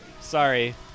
Sorry